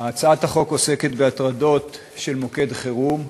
תודה רבה, הצעת החוק עוסקת בהטרדות של מוקד חירום.